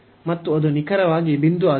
ಮತ್ತು ಅದು ನಿಖರವಾಗಿ ಬಿಂದು ಆಗಿದೆ